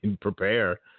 prepare